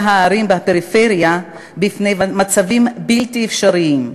הערים בפריפריה בפני מצבים בלתי אפשריים,